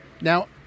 Now